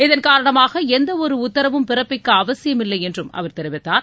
இதன்காரணமாக எந்த ஒரு உத்தரவும் பிறப்பிக்க அவசியமில்லை என்ற அவர் கூறினார்